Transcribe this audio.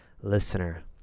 listener